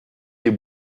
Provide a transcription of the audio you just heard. des